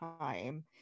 time